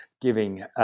giving